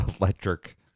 Electric